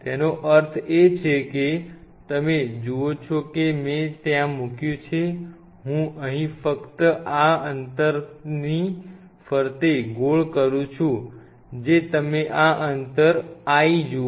તેનો અર્થ એ છે કે તમે જુઓ છો કે મેં ત્યાં મૂક્યું છે હું અહીં ફક્ત આ અંતરની ફરતે ગોળ કરું છું જે તમે આ અંતર l જુઓ છો